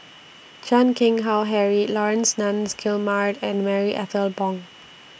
Chan Keng Howe Harry Laurence Nunns Guillemard and Marie Ethel Bong